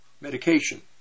medication